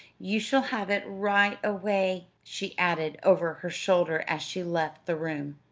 you shall have it right away, she added over her shoulder as she left the room.